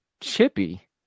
Chippy